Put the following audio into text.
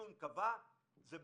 האפיון קבעה קרתה